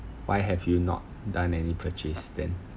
why have you not done any purchase then